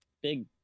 big